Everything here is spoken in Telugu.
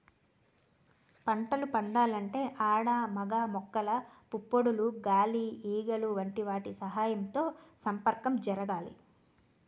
పంటలు పండాలంటే ఆడ మగ మొక్కల పుప్పొడులు గాలి ఈగలు వంటి వాటి సహాయంతో సంపర్కం జరగాలి